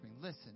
listen